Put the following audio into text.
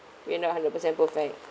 we are not hundred percent perfect